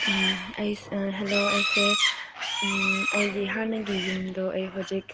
hello ꯑꯩꯁꯦ ꯑꯩꯒꯤ ꯍꯥꯟꯅꯒꯤ ꯌꯨꯝꯗꯣ ꯑꯩ ꯍꯧꯖꯤꯛ